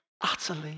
utterly